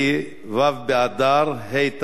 ו' באדר התשע"ב,